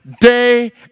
day